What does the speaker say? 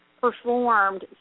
performed